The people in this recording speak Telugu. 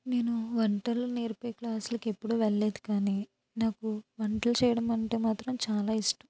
నేను వంటలు నేర్పే క్లాసులకి ఎప్పుడు వెళ్ళలేదు కాని నాకు వంటలు చేయడమంటే మాత్రం చాలా ఇష్టం